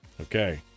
Okay